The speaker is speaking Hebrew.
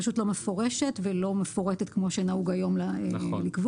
היא פשוט לא מפורשת ולא מפורטת כמו שנהוג היום לקבוע.